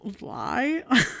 lie